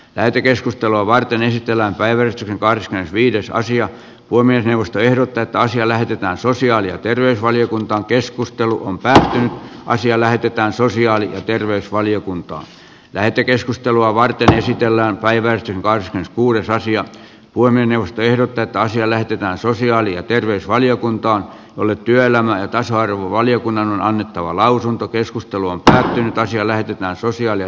lähetekeskustelua varten esitellään päivä kahdeskymmenesviides aasia kolme hevosta ehdotetaan siellä heitetään sosiaali ja terveysvaliokuntaan keskusteluun lähdettäisi nyt asia lähetetään sosiaali ja terveysvaliokuntaa lähetekeskustelua varten esitellään päivälehti gais kuudes asia voi mennä ehdotetaan siellä pitää sosiaali ja terveysvaliokunta oli työelämän tasa arvovaliokunnan on annettava lausunto keskustelua tai mitä siellä on sosiaali ja